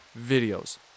videos